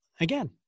Again